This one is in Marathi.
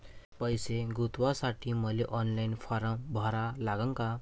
पैसे गुंतवासाठी मले ऑनलाईन फारम भरा लागन का?